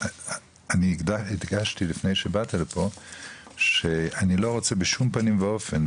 ואני הדגשתי לפני שבאת לפה שאני לא רוצה בשום פנים ואופן,